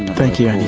thank you,